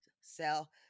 sell